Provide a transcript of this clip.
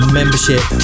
membership